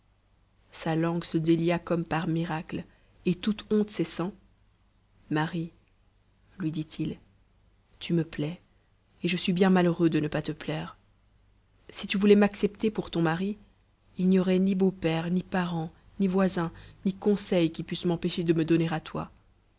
sa langue se délia comme par miracle et toute honte cessant marie lui dit-il tu me plais et je suis bien malheureux de ne pas te plaire si tu voulais m'accepter pour ton mari il n'y aurait ni beau-père ni parents ni voisins ni conseils qui pussent m'empêcher de me donner à toi